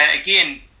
again